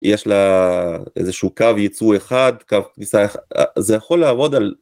יש לה איזה שהוא קו ייצוא אחד קו כניסה זה יכול לעבוד על